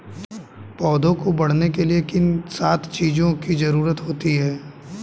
पौधों को बढ़ने के लिए किन सात चीजों की जरूरत होती है?